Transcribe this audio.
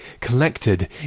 collected